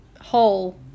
hole